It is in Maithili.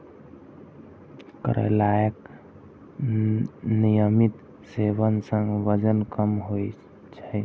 करैलाक नियमित सेवन सं वजन कम होइ छै